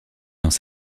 dans